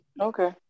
okay